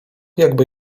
jakby